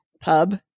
pub